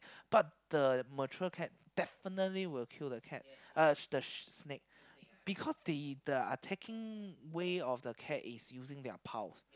but the mature cat definitely will kill the cat uh the sh~ snake because they the attacking way of the cat is using their paws